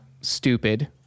stupid